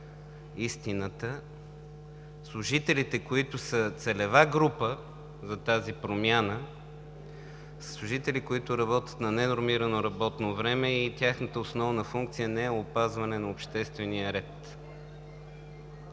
истината. Служителите, които са целева група за тази промяна, са служители, които работят на ненормирано работно време и тяхната основна функция не е опазване на обществения ред.